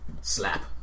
Slap